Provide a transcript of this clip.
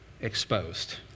exposed